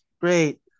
great